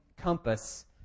compass